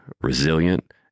resilient